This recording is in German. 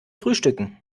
frühstücken